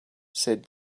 said